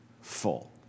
full